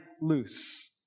loose